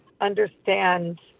understand